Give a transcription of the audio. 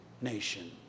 nation